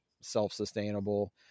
self-sustainable